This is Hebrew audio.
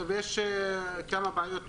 יש כמה בעיות נקודתיות: